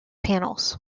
panels